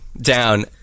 down